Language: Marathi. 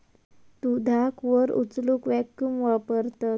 दुधाक वर उचलूक वॅक्यूम वापरतत